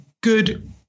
good